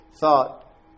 thought